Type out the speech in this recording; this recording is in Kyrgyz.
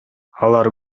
алар